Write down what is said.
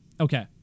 Okay